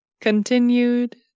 continued